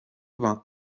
vingt